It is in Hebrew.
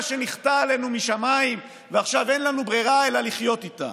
שניחתה עלינו משמיים ועכשיו אין לנו ברירה אלא לחיות איתה.